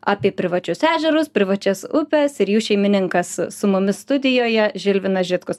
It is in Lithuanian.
apie privačius ežerus privačias upes ir jų šeimininkas su mumis studijoje žilvinas žitkus